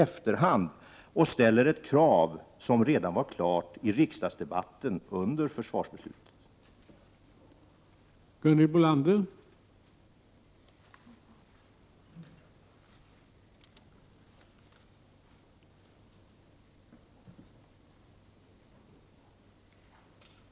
1987/88:40 = ställer ett krav trots att det redan under riksdagsdebatten före försvarsbeslu 8 december 1987 = tet gjordes klart att det skulle tillgodoses.